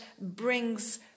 brings